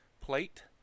plate